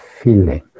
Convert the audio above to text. feeling